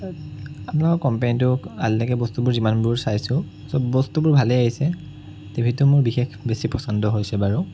আপোনালোকৰ কম্পেনীটোৰ আজিলৈকে যিমানবোৰ চাইছো চব বস্তুবোৰ ভালেই আহিছে টিভিটো মোৰ বিশেষ বেছি পছন্দ হৈছে বাৰু